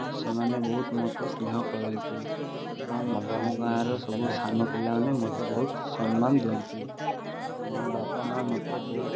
ଏବଂ ସେମାନେ ବହୁତ ମୋତେ ସ୍ନେହ କରନ୍ତି ଏବଂ ଆମ ଗାଁର ସବୁ ସାନ ପିଲାମାନେ ମୋତେ ବହୁତ ସମ୍ମାନ ଦିଅନ୍ତି ମୋ ବାପା ମା' ମୋତେ ବହୁତ